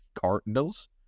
Cardinals